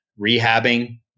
rehabbing